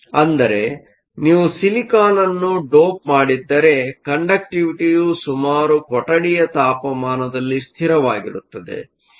ಅಂದರೆ ನೀವು ಸಿಲಿಕಾನ್ ಅನ್ನು ಡೋಪ್ ಮಾಡಿದ್ದರೆ ಕಂಡಕ್ಟಿವಿಟಿಯು ಸುಮಾರು ಕೊಠಡಿಯ ತಾಪಮಾನದಲ್ಲಿ ಸ್ಥಿರವಾಗಿರುತ್ತದೆ